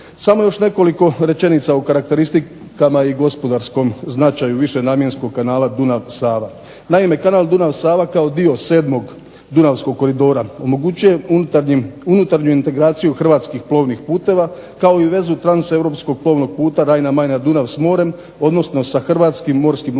Samo još nekoliko rečenica o karakteristikama i gospodarskom značaju višenamjenskog kanala Dunav – Sava. Naime, kanal Dunav – Sava kao dio sedmog dunavskog koridora omogućuje unutarnju integraciju hrvatskih plovnih puteva kao i vezu transeuropskog plovnog puta Rajna – Majna – Dunav s morem, odnosno sa hrvatskim morskim lukama